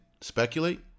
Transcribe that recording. speculate